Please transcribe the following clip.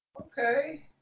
Okay